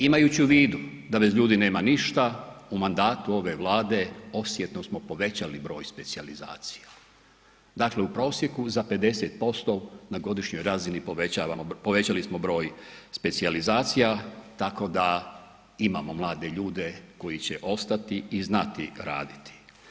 Imajući u vidu da bez ljudi nema ništa, u mandatu ove Vlade osjetno smo povećali broj specijalizacija, dakle u prosjeku za 50% na godišnjoj razini povećavamo, povećali smo broj specijalizacija, tako da imamo mlade ljude koji će ostati i znati raditi.